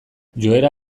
joera